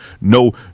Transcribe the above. no